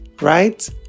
right